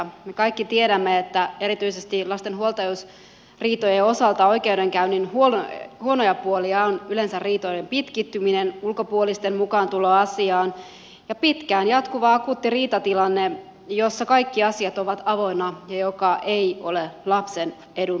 me kaikki tiedämme että erityisesti lasten huoltajuusriitojen osalta oikeudenkäynnin huonoja puolia ovat yleensä riitojen pitkittyminen ulkopuolisten mukaantulo asiaan ja pitkään jatkuva akuutti riitatilanne jossa kaikki asiat ovat avoinna ja joka ei ole lapsen edun mukainen